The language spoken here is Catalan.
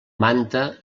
manta